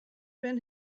been